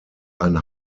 ein